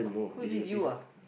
who is this you ah